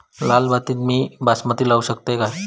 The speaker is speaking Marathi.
लाल मातीत मी बासमती लावू शकतय काय?